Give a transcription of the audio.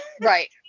right